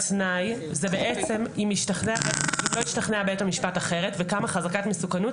זה בעצם אם לא השתכנע בית המשפט אחרת וקמה חזקת מסוכנות,